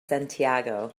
santiago